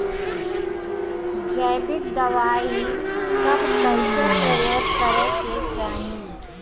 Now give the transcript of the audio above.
जैविक दवाई कब कैसे प्रयोग करे के चाही?